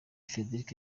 french